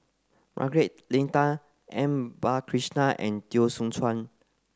Margaret Leng Tan M Balakrishnan and Teo Soon Chuan